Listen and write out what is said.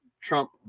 Trump